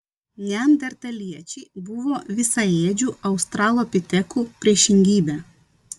neandertaliečiai buvo visaėdžių australopitekų priešingybė